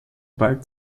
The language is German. bald